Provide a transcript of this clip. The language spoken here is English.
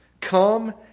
come